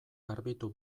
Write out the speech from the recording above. garbitu